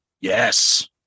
Yes